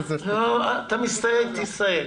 אתה מסתייג, תסתייג.